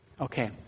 Okay